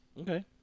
Okay